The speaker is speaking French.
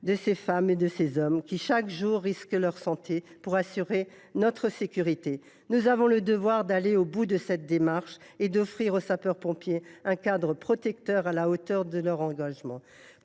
de ces femmes et de ces hommes qui, chaque jour, risquent leur santé pour assurer notre sécurité. Nous avons le devoir d’aller au bout de cette démarche et d’offrir aux sapeurs pompiers un cadre protecteur à la hauteur de leur engagement,